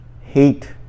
Hate